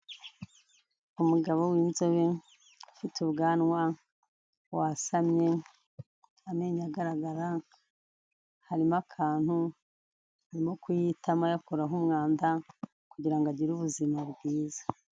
Umugabo w'inzobe ufite ubwanwa, wasamye, amenyo agaragara, harimo akantu, arimo kuyitamo ayakuraho umwanda, kugira ngo agire ubuzima bwiza.